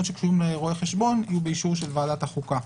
שקשורות לרואה חשבון יהיו באישור ועדת החוקה.